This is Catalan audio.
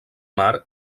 mar